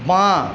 বাঁ